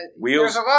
Wheels